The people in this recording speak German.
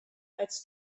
als